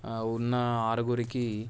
ఉన్న ఆరుగురికి